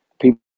people